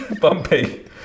bumpy